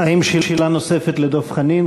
האם יש שאלה נוספת לדב חנין?